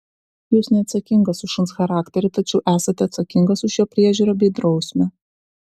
jūs neatsakingas už šuns charakterį tačiau esate atsakingas už jo priežiūrą bei drausmę